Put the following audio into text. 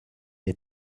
est